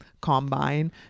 combine